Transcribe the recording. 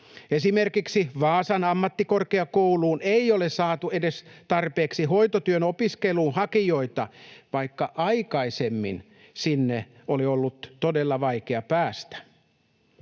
Esimerkiksi Vaasan ammattikorkeakouluun ei ole edes saatu tarpeeksi hakijoita hoitotyön opiskeluun, vaikka aikaisemmin sinne oli ollut todella vaikea päästä.